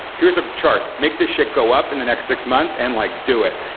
here's a chart. make this should go up in the next six months and like do it.